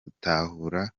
gutahura